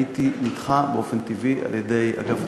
הייתי נדחה באופן טבעי על-ידי אגף התקציבים,